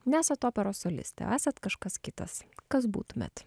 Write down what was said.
nesat operos solistė esat kažkas kitas kas būtumėt